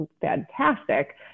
fantastic